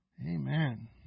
Amen